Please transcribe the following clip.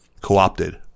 co-opted